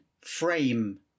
frame